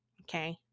Okay